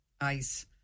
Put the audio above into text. ice